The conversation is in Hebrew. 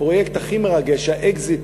הפרויקט הכי מרגש, האקזיט